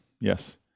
yes